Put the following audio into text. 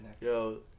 Yo